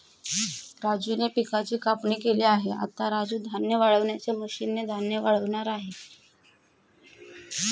राजूने पिकाची कापणी केली आहे, आता राजू धान्य वाळवणाच्या मशीन ने धान्य वाळवणार आहे